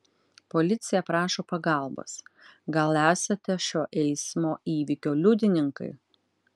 policija prašo pagalbos gal esate šio eismo įvykio liudininkai